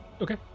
Okay